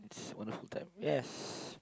it's wonderful time yes